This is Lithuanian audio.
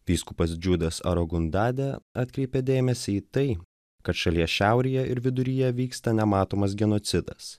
vyskupas džiudas arogundadė atkreipė dėmesį į tai kad šalies šiaurėje ir viduryje vyksta nematomas genocidas